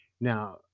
Now